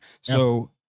So-